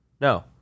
No